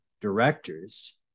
directors